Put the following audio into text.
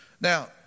Now